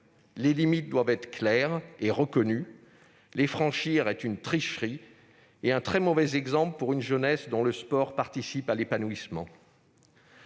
Les limites doivent être claires et reconnues. Les franchir est une tricherie et un très mauvais exemple pour une jeunesse dont le sport participe à l'épanouissement.